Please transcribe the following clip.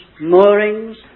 moorings